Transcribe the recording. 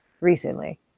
recently